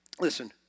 Listen